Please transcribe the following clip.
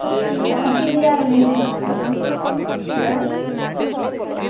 तिन ज्हार आह्ले च